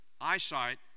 eyesight